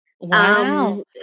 Wow